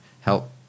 help